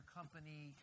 company